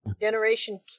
Generation